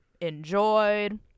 enjoyed